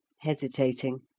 hesitating.